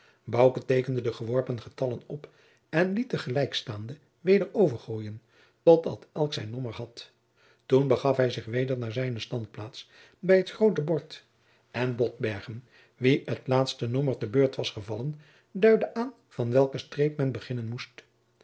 teekende de geworpen getallen op en liet de gelijkstaande weder overgooien tot dat elk zijn nommer had toen begaf hij zich weder naar zijne standplaats bij het groote bord en botbergen wien het laatste nommer te beurt was gevallen duidde aan van welken streep men beginnen moest